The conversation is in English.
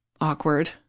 Awkward